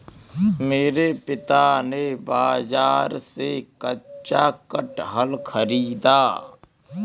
मेरे पिता ने बाजार से कच्चा कटहल खरीदा